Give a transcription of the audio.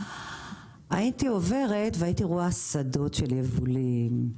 הייתי עוברת והייתי רואה שדות של יבולים,